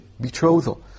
betrothal